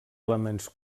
elements